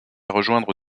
rejoindre